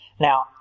Now